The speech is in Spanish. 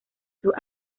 sus